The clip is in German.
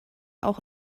auch